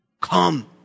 Come